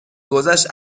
گذشت